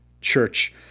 Church